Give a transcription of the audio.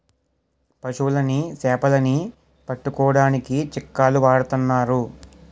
పశువులని సేపలని పట్టుకోడానికి చిక్కాలు వాడతన్నారు